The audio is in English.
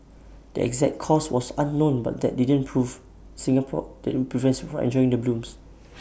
the exact cause was unknown but that didn't prove Singapore that IT will prevents from enjoying the blooms